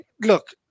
look